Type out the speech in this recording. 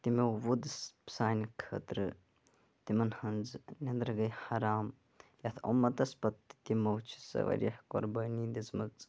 تِمو ووٚد سانہِ خٲطرٕ تِمَن ہٕنٛز نیٚنٛدٕر گٔے حَرام یتھ اُمَتَس پَتہٕ تِمو چھِ واریاہ قۅربٲنی دِژمٕژ